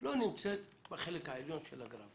לא נמצאת בחלקו העליון של הגרף.